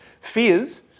Fears